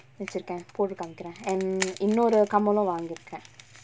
வச்சிருக்க போட்டு காமிக்குர:vachirukka pottu kaamikkura and இன்னொரு கம்மலு வாங்கிருக்க:innoru kammalu vaangirukka